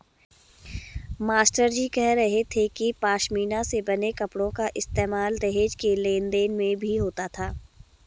मास्टरजी कह रहे थे कि पशमीना से बने कपड़ों का इस्तेमाल दहेज के लेन देन में भी होता था